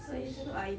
oh shit